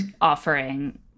offering